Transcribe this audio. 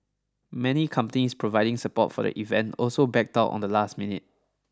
many companies providing support for the event also backed out on the last minute